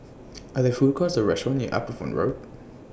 Are There Food Courts Or restaurants near Upavon Road